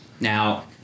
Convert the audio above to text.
Now